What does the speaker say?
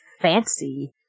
fancy